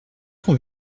qu’on